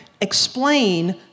explain